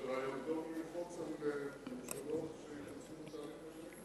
אתה חושב שזה רעיון טוב ללחוץ על ממשלות שייכנסו לתהליך מדיני?